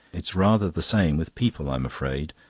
it's rather the same with people, i'm afraid.